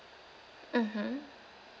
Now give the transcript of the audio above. mmhmm